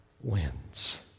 wins